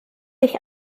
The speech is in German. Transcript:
ich